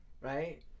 right